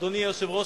אדוני היושב-ראש,